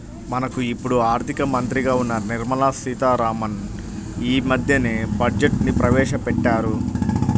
మనకు ఇప్పుడు ఆర్థిక మంత్రిగా ఉన్న నిర్మలా సీతారామన్ యీ మద్దెనే బడ్జెట్ను ప్రవేశపెట్టారు